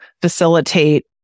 facilitate